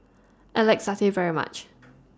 I like Satay very much